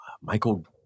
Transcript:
Michael